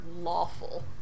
lawful